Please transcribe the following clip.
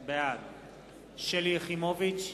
בעד שלי יחימוביץ,